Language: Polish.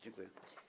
Dziękuję.